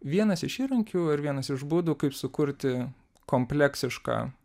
vienas iš įrankių ir vienas iš būdų kaip sukurti kompleksišką